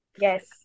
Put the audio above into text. Yes